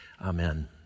Amen